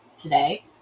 today